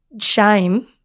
shame